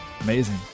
Amazing